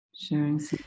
Sharing